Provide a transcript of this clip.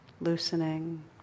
loosening